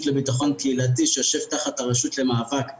לביטחון קהילתי שיושב תחת הרשות למאבק באלימות,